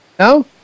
No